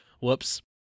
Whoops